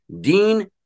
Dean